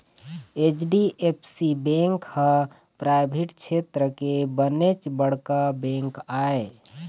HDFC bank ह private छेत्र के बनेच बड़का बेंक आय